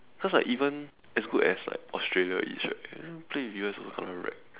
cause like even as good as like Australia is right play with U_S also kena wreck